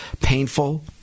painful